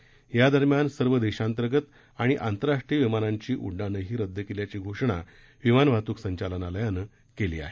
संचारबंदी दरम्यान सर्व देशांतर्गत आणि आंतरराष्ट्रीय विमानांची उड्डाणंही रद्द केल्याची घोषणा विमान वाहतूक संचालनालयानं केली आहे